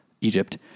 Egypt